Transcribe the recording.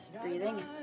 Breathing